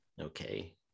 Okay